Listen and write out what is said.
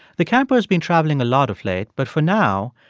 the camper's been traveling a lot of late, but for now,